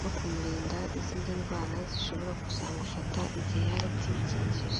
no kumurinda izindi ndwara zishobora kuzamufata igihe yaba atikingije.